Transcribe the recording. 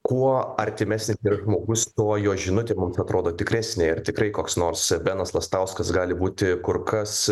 kuo artimesnis žmogus tuo jo žinutė mums atrodo tikresnė ir tikrai koks nors benas lastauskas gali būti kur kas